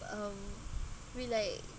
um we like